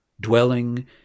dwelling